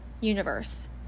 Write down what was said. universe